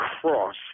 cross